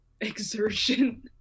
exertion